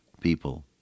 people